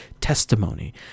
testimony